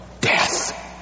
death